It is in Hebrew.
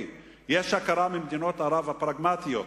יש הכרה ממדינות ערב הפרגמטיות,